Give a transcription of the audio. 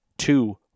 two